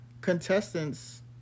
contestants